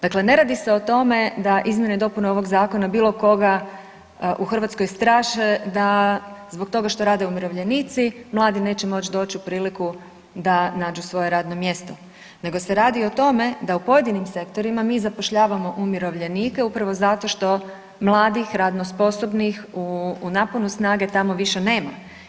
Dakle, ne radi se o tome da izmjene i dopune ovog zakona bilo koga u Hrvatskoj straše da zbog toga što rade umirovljenici mladi neće moć doć u priliku da nađu svoje radno mjesto, nego se radi o tome da u pojedinim sektorima mi zapošljavamo umirovljenike upravo zato što mladih radno sposobnih u naponu snage tamo više nema.